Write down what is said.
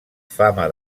fama